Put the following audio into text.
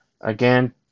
again